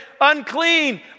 unclean